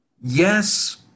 yes